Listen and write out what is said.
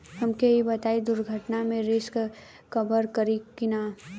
हमके ई बताईं दुर्घटना में रिस्क कभर करी कि ना?